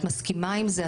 את מסכימה עם זה,